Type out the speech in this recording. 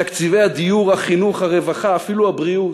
תקציבי הדיור, החינוך, הרווחה, אפילו הבריאות,